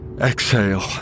Exhale